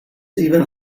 even